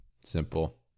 Simple